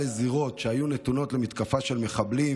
לזירות שהיו נתונות למתקפה של מחבלים,